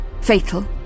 fatal